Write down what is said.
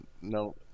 No